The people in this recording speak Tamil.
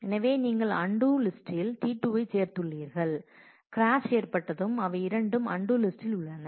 எனவே நீங்கள் அன்டூ லிஸ்டில் T2 ஐச் சேர்த்துள்ளீர்கள் கிராஷ் ஏற்பட்டதும் அவை இரண்டும் அன்டூ லிஸ்டில் உள்ளன